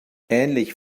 ähnlich